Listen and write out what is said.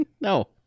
No